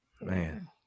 man